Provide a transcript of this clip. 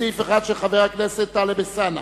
לסעיף 1, של חבר הכנסת טלב אלסאנע.